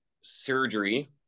surgery